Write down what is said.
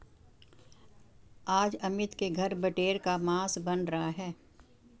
आज अमित के घर बटेर का मांस बन रहा है